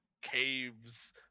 caves